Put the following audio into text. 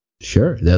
Sure